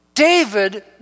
David